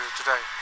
today